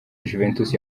juventus